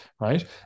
right